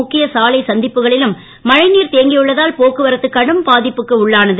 முக்கிய சாலை சந்திப்புகளிலும் மழைநீர் தேங்கியுள்ளதால் போக்குவரத்து கடும் பாதிப்புக்கு உள்ளானது